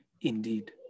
indeed